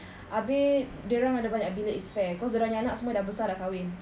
abeh dorang ada banyak bilik spare cause dorang nya anak semua dah besar dah kahwin